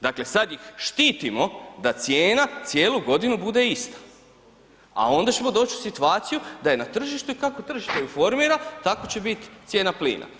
Dakle, sad ih štitimo da cijena cijelu godinu bude ista, a onda ćemo doć u situaciju da je na tržištu i kako tržište ju formira tako će bit cijena plina.